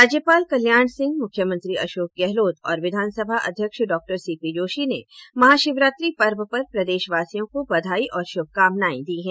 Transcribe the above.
राज्यपाल कल्याण सिंह मुख्यमंत्री अशोक गहलोत और विधानसभा अध्यक्ष डॉ सीपी जोशी ने महाशिवरात्रि पर्व पर प्रदेशवासियों को बधाई और शुभकामनाए दी हैं